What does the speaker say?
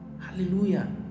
hallelujah